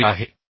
आभारी आहे